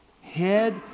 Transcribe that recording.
head